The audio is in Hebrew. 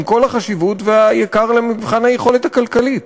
עם כל החשיבות והיקר למבחן היכולת הכלכלית.